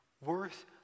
worth